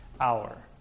hour